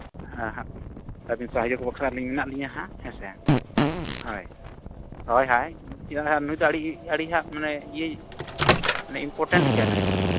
ᱦᱮᱸ ᱟᱹᱵᱤᱱ ᱥᱟᱦᱟᱡᱡᱚ ᱵᱟᱠᱷᱨᱟ ᱟᱹᱞᱤᱧ ᱢᱮᱱᱟᱜ ᱞᱤᱧᱟᱹ ᱦᱟᱸᱜ ᱦᱮᱸᱥᱮ ᱦᱳᱭ ᱦᱳᱭ ᱦᱳᱭ ᱱᱩᱭ ᱫᱚ ᱟᱹᱰᱤ ᱟᱹᱰᱤ ᱦᱟᱸᱜ ᱢᱟᱱᱮ ᱤᱭᱟᱹ ᱢᱟᱱᱮ ᱤᱱᱯᱚᱨᱴᱮᱱᱴ ᱜᱮᱭᱟ ᱱᱩᱭ ᱫᱚ